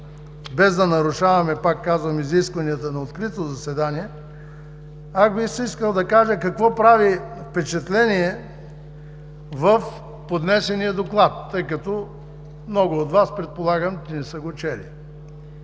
без да нарушаваме, пак казвам, изискванията на открито заседание, бих искал да кажа какво прави впечатление в поднесения доклад, тъй като много от Вас, предполагам, че не са го чели.